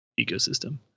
ecosystem